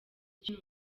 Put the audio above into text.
ukina